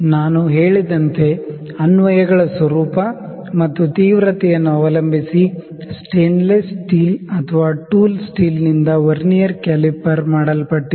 ನಾನು ಹೇಳಿದಂತೆ ಅನ್ವಯಗಳ ತೀವ್ರತೆಯನ್ನು ಮತ್ತು ಸ್ವರೂಪ ಅವಲಂಬಿಸಿ ಸ್ಟೇನ್ಲೆಸ್ ಸ್ಟೀಲ್ ಅಥವಾ ಟೂಲ್ಸ್ ಸ್ಟೀಲ್ನಿಂದ ವರ್ನಿಯರ್ ಕ್ಯಾಲಿಪರ್ ಮಾಡಲ್ಪಟ್ಟಿದೆ